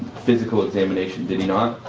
physical examination. did he not?